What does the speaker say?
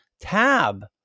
tab